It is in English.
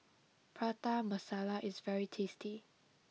Prata Masala is very tasty